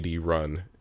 Run